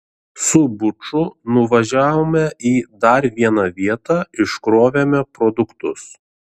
su buču nuvažiavome į dar vieną vietą iškrovėme produktus